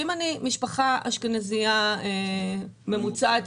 אם אני משפחה אשכנזייה ממוצעת,